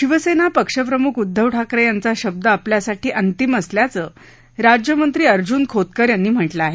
शिवसेना पक्षप्रम्ख उदधव ठाकरे यांचा शब्द आपल्यासाठी अंतिम असल्याचं राज्यमंत्री अर्जून खोतकर यांनी म्हटलं आहे